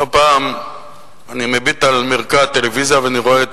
לא פעם אני מביט על מרקע הטלוויזיה ואני רואה את